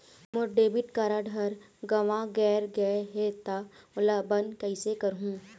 मोर debit card हर गंवा गैर गए हे त ओला बंद कइसे करहूं?